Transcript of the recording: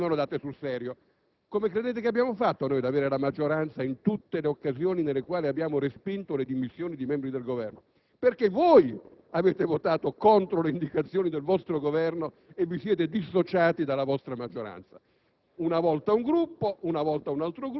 chiaro che venivano date, ma non sul serio! Come credete abbiamo fatto noi ad avere la maggioranza in tutte le occasioni nelle quali abbiamo respinto le dimissioni di membri del Governo? Perché voi avete votato contro le indicazioni del vostro Governo e vi siete dissociati dalla vostra maggioranza,